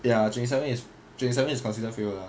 ya twenty-seven is twenty-seven is considered fail lah